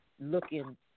looking